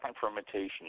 fermentation